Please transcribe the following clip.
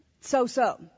so-so